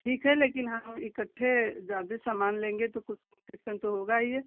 ठीक है लेकिन हम इकट्ठे जादे सामान लेंगे तो कुछ कंसेक्सन तो होगा यह